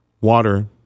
water